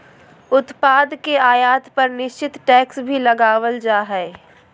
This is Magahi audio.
उत्पाद के आयात पर निश्चित टैक्स भी लगावल जा हय